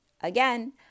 Again